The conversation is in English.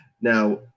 Now